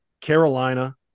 Carolina